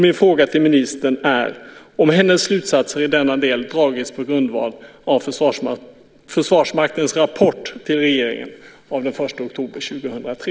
Min fråga till ministern är om hennes slutsatser i denna del har dragits på grundval av Försvarsmaktens rapport till regeringen från den 1 oktober 2003.